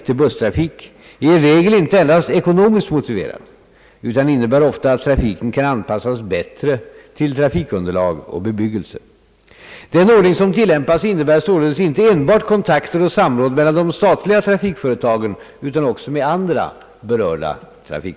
Är statsrådet beredd att snarast ta initiativ till en nödvändig samordning av de statliga trafikföretagens planering för att så långt möjligt kompensera inskränkningen i järnvägens persontrafik med motsvarande förbättringar av postverkets busstrafik?